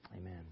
Amen